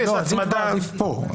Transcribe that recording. אז עדיף פה,